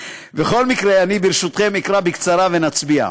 בכל מקרה, אני ברשותכם אקרא בקצרה, ונצביע.